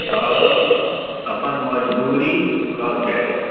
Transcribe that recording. आओर अपन मजदूरी कऽ के